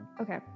Okay